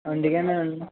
అందుకనే